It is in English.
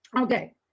Okay